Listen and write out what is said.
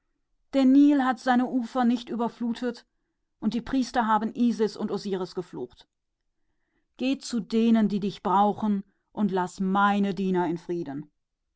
der nil hat seine ufer nicht überströmt und die priester haben isis und osiris verflucht geh zu denen die dich brauchen und laß mir meine diener ja